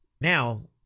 Now